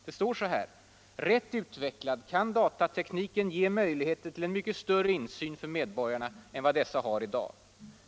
Där står: ”Rätt utvecklad kan datatekniken ge möjligheter till en mycket större insyn för medborgarna än vad dessa har i dag.